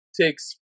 takes